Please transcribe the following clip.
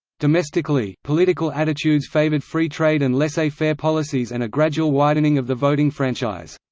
domestically, political attitudes favoured free trade and laissez-faire policies and a gradual widening of the voting franchise.